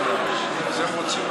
זו האמת.